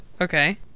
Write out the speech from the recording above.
Okay